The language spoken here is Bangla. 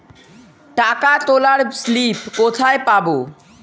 টাকা তোলার স্লিপ কোথায় পাব?